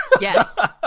Yes